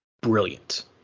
brilliant